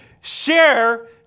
share